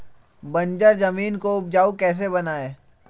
बंजर जमीन को उपजाऊ कैसे बनाय?